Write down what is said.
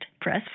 Press